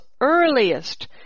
earliest